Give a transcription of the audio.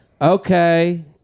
Okay